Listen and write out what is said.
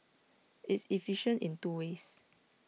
it's efficient in two ways